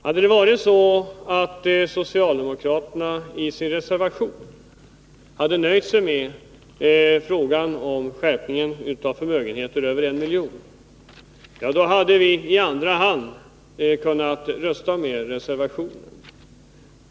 Hade socialdemokraterna i sin reservation nöjt sig med skärpningen i fråga om förmögenheter över en miljon, hade vi i andra hand kunnat rösta för reservationen.